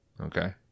okay